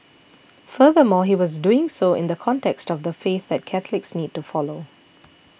furthermore he was doing so in the context of the faith that Catholics need to follow